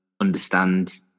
understand